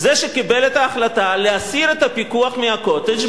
זה שקיבל את ההחלטה להסיר את הפיקוח מה"קוטג'",